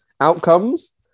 outcomes